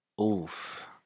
Oof